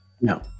No